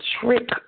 trick